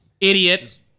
Idiot